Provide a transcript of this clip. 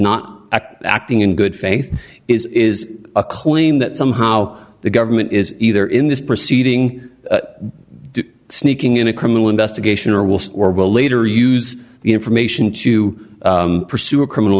not acting in good faith is a claim that somehow the government is either in this proceeding sneaking in a criminal investigation or was or will later use the information to pursue a criminal